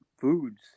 foods